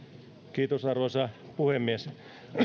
arvoisa